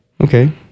Okay